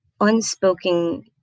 unspoken